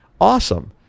Awesome